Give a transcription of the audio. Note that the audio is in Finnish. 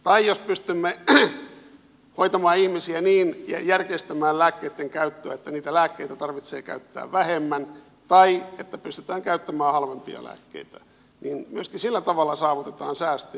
tai jos pystymme hoitamaan ihmisiä ja järkeistämään lääkkeitten käyttöä niin että niitä lääkkeitä tarvitsee käyttää vähemmän tai että pystytään käyttämään halvempia lääkkeitä niin myöskin sillä tavalla saavutetaan säästöjä